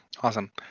awesome